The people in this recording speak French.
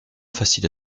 faciles